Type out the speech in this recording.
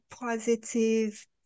positive